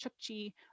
Chukchi